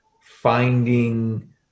finding